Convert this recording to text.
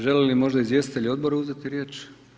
Želi li možda izvjestitelj odbora uzeti riječ?